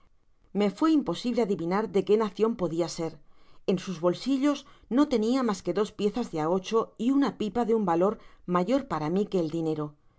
me fue imposible adivinar de quo nacion podia ser en sus bolsillos no tenia mas que dos piezas de á ocho y una pipa de un valor mayor para mi que el dinero sin